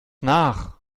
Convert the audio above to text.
nach